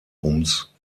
ums